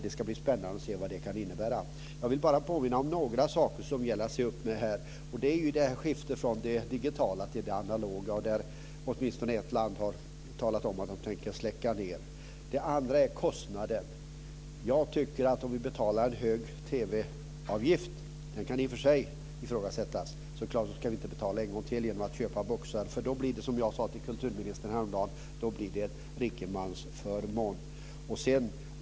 Det ska bli spännande att se vad det kan innebära. Jag vill bara påminna om några saker som hänger ihop med det här. Den ena är skiftet från det digitala till det analoga där åtminstone ett land har talat om att man tänker släcka ned. Den andra är kostnaden. Jag tycker att om vi betalar en hög TV-avgift - den kan i och för sig ifrågasättas - ska vi inte betala en gång till genom att köpa boxar. Då blir det, som jag sade till kulturministern häromdagen, en rikemansförmån.